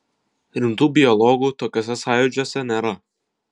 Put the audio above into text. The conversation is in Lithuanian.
rimtų biologų tokiuose sąjūdžiuose nėra